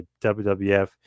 WWF